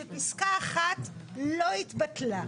שפסקה 1 לא התבטלה.